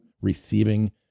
receiving